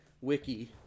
wiki